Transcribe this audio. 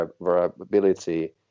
variability